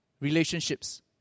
relationships